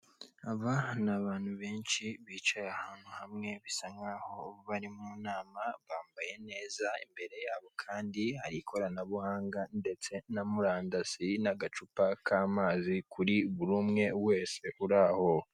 Aba ni abantu benshi bicaye ahantu hamwe, bisa nkaho bari mu nama, bambaye neza imbere yabo kandi hari ikoranabuhanga ndetse na murandasi n'agacupa k'amazi kuri buri umwe wese uri aho.